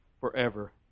forever